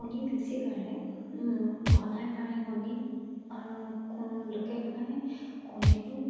কণী বেছি পাৰে ঘনাই পাৰে কণী আৰু লোকেল হাঁহে কণীটো